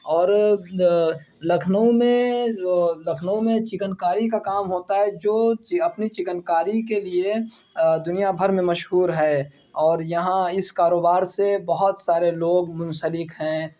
اور لکھنؤ میں لکھنؤ میں چکنکاری کا کام ہوتا ہے جو اپنی چکنکاری کے لیے دنیا بھر میں مشہور ہے اور یہاں اس کاروبار سے بہت سارے لوگ منسلک ہیں